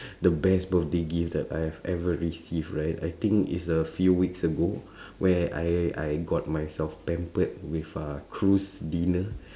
the best birthday gift that I've ever receive right I think is a few weeks ago where I I got myself pampered with a cruise dinner